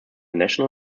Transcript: national